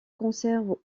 conserve